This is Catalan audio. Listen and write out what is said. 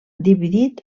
dividit